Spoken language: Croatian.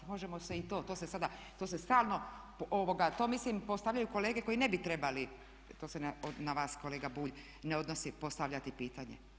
Možemo se i to, to se sada, to se stalno, to mislim postavljaju kolege koji ne bi trebali to se na vas kolega Bulj ne odnosi postavljati pitanje.